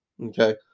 Okay